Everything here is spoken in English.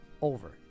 over